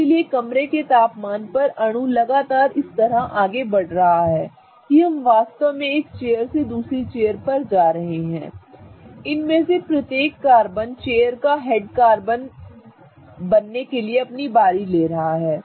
इसलिए कमरे के तापमान पर अणु लगातार इस तरह आगे बढ़ रहा है कि हम वास्तव में एक चेयर से दूसरी चेयर पर जा रहे हैं इनमें से प्रत्येक कार्बन चेयर का हेड कार्बन बनने के लिए अपनी बारी ले रहा है